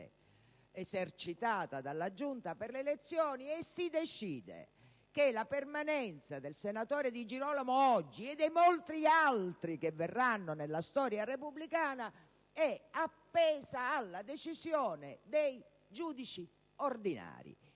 elezioni e delle immunità parlamentari, e si stabilisce che la permanenza del senatore Di Girolamo, oggi, e dei molti altri che verranno nella storia repubblicana è appesa alla decisione dei giudici ordinari.